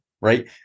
right